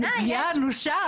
"פגיעה אנושה",